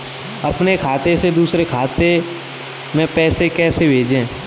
अपने खाते से दूसरे के खाते में पैसे को कैसे भेजे?